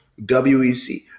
WEC